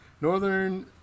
Northern